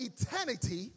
eternity